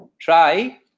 try